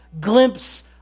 glimpse